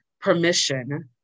permission